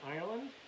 Ireland